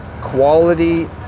quality